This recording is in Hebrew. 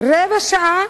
"רבע שעה"